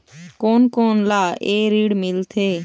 कोन कोन ला ये ऋण मिलथे?